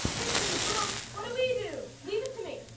jinxing the broom, what do we do? leave it to me.